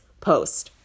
post